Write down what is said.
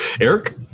Eric